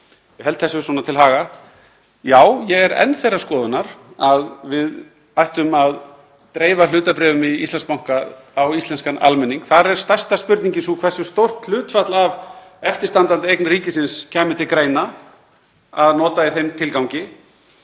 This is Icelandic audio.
ég held þessu til haga. Já, ég er enn þeirrar skoðunar að við ættum að dreifa hlutabréfum í Íslandsbanka á íslenskan almenning. Þar er stærsta spurningin sú hversu stórt hlutfall af eftirstandandi eign ríkisins kæmi til greina að nota í þeim tilgangi.